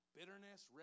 bitterness